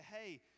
hey